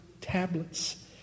tablets